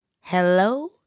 Hello